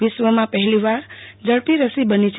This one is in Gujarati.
વિશ્વમાં પહેલીવાર ઝડપી રસી બની છે